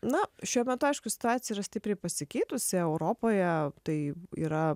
na šiuo metu aišku situacija yra stipriai pasikeitusi europoje tai yra